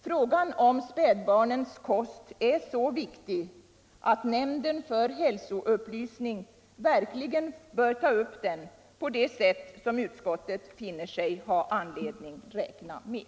Frågan om spädbarnens kost är så viktig att nämnden för hälsoupplysning verkligen bör ta upp den på det sätt som utskottet finner sig ha anledning räkna med.